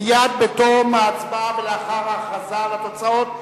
מייד בתום ההצבעה ולאחר ההכרזה על התוצאות,